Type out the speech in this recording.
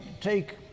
take